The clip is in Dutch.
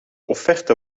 offerte